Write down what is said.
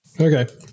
Okay